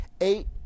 eight